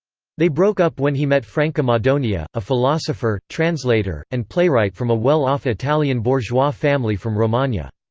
they broke up when he met franca madonia, a philosopher, translator, and playwright from a well-off italian bourgeois family from romagna.